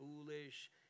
foolish